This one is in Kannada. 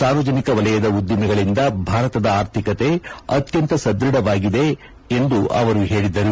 ಸಾರ್ವಜನಿಕ ವಲಯದ ಉದ್ದಿಮೆಗಳಿಂದ ಭಾರತದ ಆರ್ಥಿಕತೆ ಅತ್ಯಂತ ಸದೃಢವಾಗಿದೆ ಎಂದು ಅವರು ಹೇಳದರು